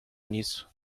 nisso